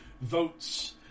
votes